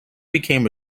became